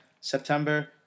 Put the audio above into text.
September